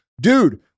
Dude